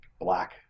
black